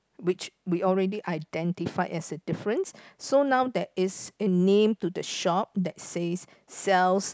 which we already identified as a difference so now there is a name to the shop that says sells